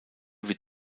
wird